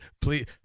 please